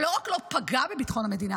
שלא רק לא פגע בביטחון המדינה,